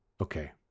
okay